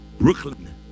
Brooklyn